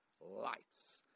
Lights